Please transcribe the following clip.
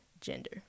gender